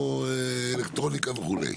או אלקטרוניקה וכו'.